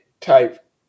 type